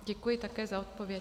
Děkuji také za odpověď.